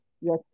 Yes